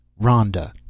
Rhonda